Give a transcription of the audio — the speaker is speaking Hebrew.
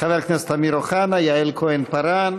חבר הכנסת אמיר אוחנה, יעל כהן-פארן,